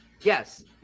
Yes